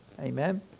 Amen